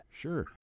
Sure